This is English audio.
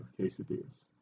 quesadillas